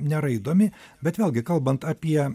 nėra įdomi bet vėlgi kalbant apie